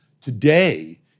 Today